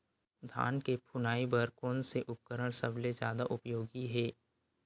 धान के फुनाई बर कोन से उपकरण सबले जादा उपयोगी हे?